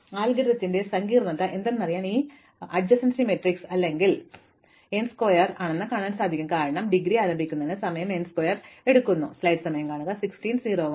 അതിനാൽ അൽഗോരിത്തിന്റെ സങ്കീർണ്ണത എന്താണെന്നറിയാൻ ഈ സമീപസ്ഥ മാട്രിക്സ് അല്ലെങ്കിൽ സമ്മാനങ്ങൾ n ചതുരമാണെന്ന് കാണാൻ എളുപ്പമാണ് കാരണം ഡിഗ്രി ആരംഭിക്കുന്നത് തന്നെ സമയം n ചതുരശ്ര സമയമെടുക്കുന്നു